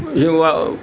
हिवा